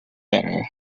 better